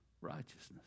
righteousness